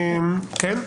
כן.